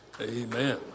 Amen